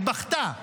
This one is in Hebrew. היא בכתה.